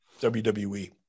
WWE